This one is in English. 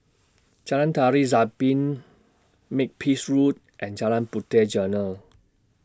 Jalan Tari Zapin Makepeace Road and Jalan Puteh Jerneh